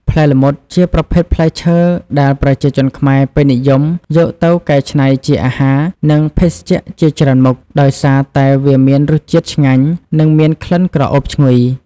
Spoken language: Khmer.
ផ្លែល្មុត ជាប្រភេទផ្លែឈើដែលប្រជាជនខ្មែរពេញនិយមយកទៅកែច្នៃជាអាហារ និងភេសជ្ជៈជាច្រើនមុខ ដោយសារតែវាមានរសជាតិឆ្ងាញ់ និងមានក្លិនក្រអូបឈ្ងុយ។